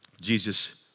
Jesus